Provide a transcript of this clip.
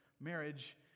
marriage